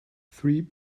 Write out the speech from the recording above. three